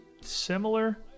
similar